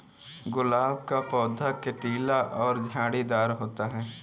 गुलाब का पौधा कटीला और झाड़ीदार होता है